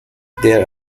there